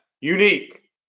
Unique